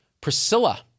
Priscilla